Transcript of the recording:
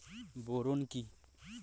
Boron কি?